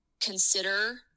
consider